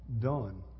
done